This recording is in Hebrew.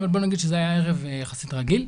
אבל בואו נגיד שזה היה ערב יחסית רגיל.